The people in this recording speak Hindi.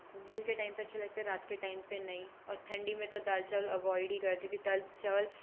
दिन के टाइम पर अच्छे लगते हैं रात के टाइम पर नहीं और ठंडी में तो दाल चावल अवॉइड ही करती हूँ क्योंकि दाल चावल